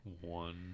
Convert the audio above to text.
one